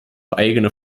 eigene